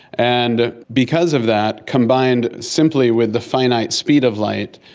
and because of that, combined simply with the finite speed of light,